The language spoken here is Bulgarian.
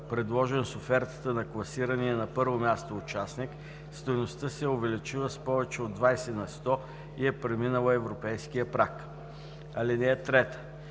предложен с офертата на класирания на първо място участник, стойността се е увеличила с повече от 20 на сто и е преминала европейския праг. (3) Решението